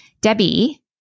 Debbie